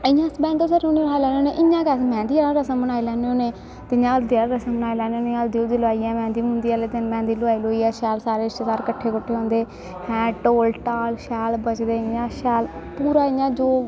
इ'यां अस bangle ceremony मनाई लैन्ने होन्ने इ'यां गै अस मैंह्दी आह्ला रसम मनाई लैन्ने होन्ने ते इ'यां हल्दी आहला रसम मनाई लेन्ने होन्ने हल्दी हुल्दी लाइयै मैंह्दी मूंह्दी आह्ले दिन मैंह्दी लोआई लुइयै शैल सारे रिश्तेदार किट्ठे कुट्ठे होंदे हैं ढोल ढाल शैल बजदे इ'यां शैल पूरा इ'यां जो